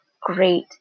great